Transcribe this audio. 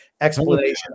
explanation